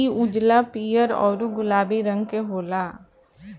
इ उजला, पीयर औरु गुलाबी रंग के होला